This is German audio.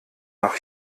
nach